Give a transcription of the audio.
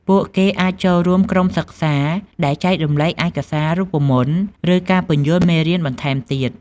ពួកគេក៏អាចចូលរួមក្រុមសិក្សា ដែលចែករំលែកឯកសារ រូបមន្ត ឬការពន្យល់មេរៀនបន្ថែមទៀត។